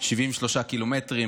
73 ק"מ